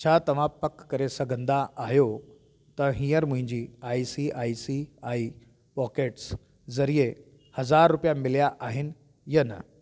छा तव्हां पक करे सघंदा आहियो त हींअर मुंहिंजी I C I C I pockets ज़रिए हज़ार रुपिया मिलिया आहिनि या न